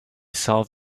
solve